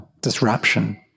disruption